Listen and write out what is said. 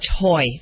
toy